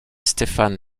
stefan